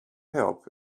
help